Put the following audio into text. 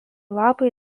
lapai